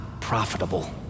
profitable